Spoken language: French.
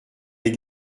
les